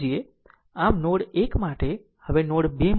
આમ નોડ 1 માટે આ હવે નોડ 2 માટે કરવામાં આવે છે